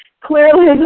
clearly